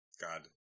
God